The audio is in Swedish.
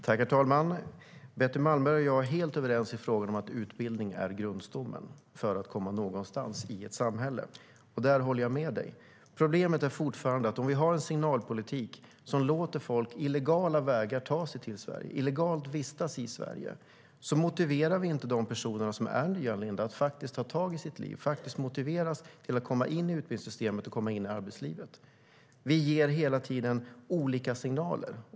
Herr talman! Betty Malmberg och jag är helt överens i frågan om att utbildning är grundstommen för att komma någonstans i ett samhälle. Där håller jag med mig. Vi ger hela tiden olika signaler.